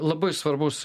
labai svarbus